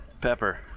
Pepper